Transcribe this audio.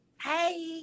Hey